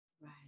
Right